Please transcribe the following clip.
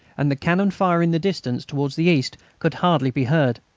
and the cannon fire in the distance towards the east could hardly be heard.